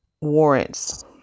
warrants